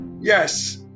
Yes